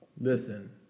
listen